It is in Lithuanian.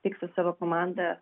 tik su savo komanda